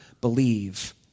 believe